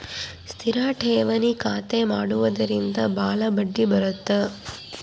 ಸ್ಥಿರ ಠೇವಣಿ ಖಾತೆ ಮಾಡುವುದರಿಂದ ಬಾಳ ಬಡ್ಡಿ ಬರುತ್ತ